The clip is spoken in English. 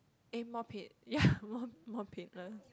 eh more pain ya more more painless